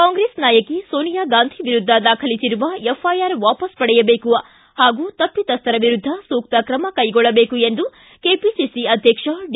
ಕಾಂಗ್ರೆಸ್ ನಾಯಕಿ ಸೋನಿಯಾ ಗಾಂಧಿ ವಿರುದ್ದ ದಾಖಲಿಸಿರುವ ಎಫ್ಐಆರ್ ವಾಪಸ್ ಪಡೆಯಬೇಕು ಹಾಗು ತಪ್ಪಿತಸ್ವರ ವಿರುದ್ದ ಸೂಕ್ತ ಕ್ರಮ ಕೈಗೊಳ್ಳಬೇಕು ಎಂದು ಕೆಪಿಸಿಸಿ ಅಧ್ಯಕ್ಷ ಡಿ